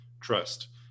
trust